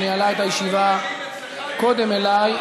שניהלה את הישיבה קודם אליי,